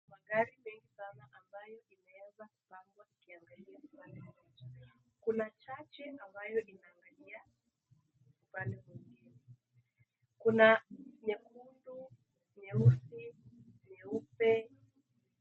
Magari mengi sana ambayo imeweza kupangwa ikiangalia mbele, kuna chache ambayo inaangalia upande mwingine. Kuna nyekundu, nyeusi, nyeupe.